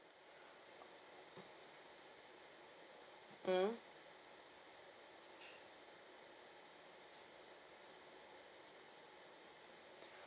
mmhmm